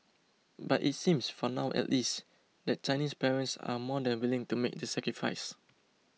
but it seems for now at least that Chinese parents are more than willing to make the sacrifice